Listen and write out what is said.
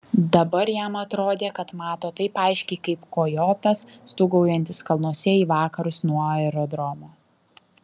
dabar jam atrodė kad mato taip aiškiai kaip kojotas stūgaujantis kalnuose į vakarus nuo aerodromo